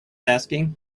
asking